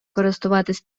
користуватися